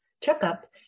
checkup